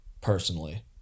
personally